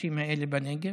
האנשים האלה בנגב,